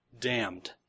damned